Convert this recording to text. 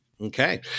Okay